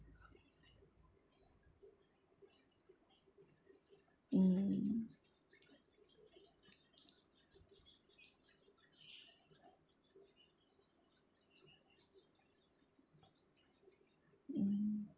mm mm